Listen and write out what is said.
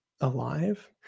alive